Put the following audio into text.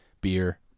beer